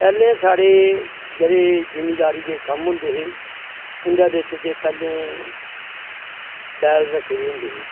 पैह्लें जेद्ड़े साढ़े जिमिदारी दे कम्म होंदे हे उंदे बिच्च ते पैह्लैं बैल रक्खे दे होंदे हे